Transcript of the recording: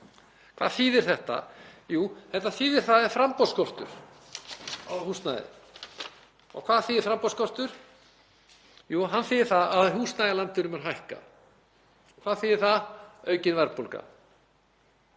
Hvað þýðir þetta? Jú, þetta þýðir að það er framboðsskortur á húsnæði. Og hvað þýðir framboðsskortur? Jú, hann þýðir að húsnæðisverð í landinu mun hækka. Hvað þýðir það? Aukna verðbólgu.